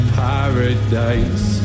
paradise